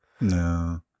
No